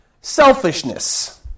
selfishness